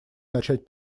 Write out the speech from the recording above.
начать